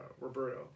Roberto